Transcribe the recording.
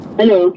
Hello